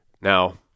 Now